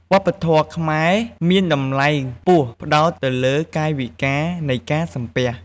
វប្បធម៌ខ្មែរមានតម្លៃខ្ពស់ផ្តោតទៅលើកាយវិការនៃការសំពះ។